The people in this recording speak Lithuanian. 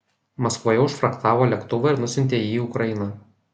maskvoje užfrachtavo lėktuvą ir nusiuntė jį į ukrainą